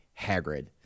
Hagrid